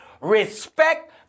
respect